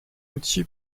outil